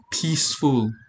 peaceful